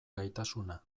gaitasuna